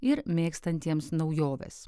ir mėgstantiems naujoves